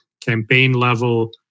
campaign-level